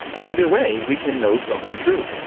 either way, we can know something true.